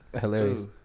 Hilarious